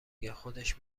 گه، خودش